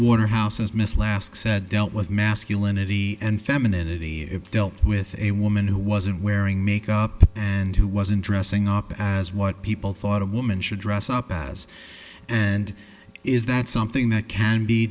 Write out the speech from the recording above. waterhouse is miss lask said dealt with masculinity and femininity with a woman who wasn't wearing makeup and who wasn't dressing up as what people thought a woman should dress up as and is that something that can be